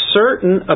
certain